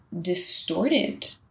distorted